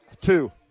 two